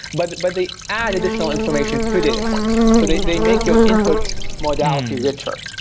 but but they add additional information per data points. so they they make your input modality richer,